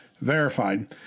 verified